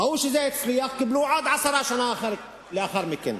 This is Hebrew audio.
ראו שזה הצליח, קיבלו עוד עשרה בשנה שלאחר מכן.